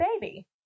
baby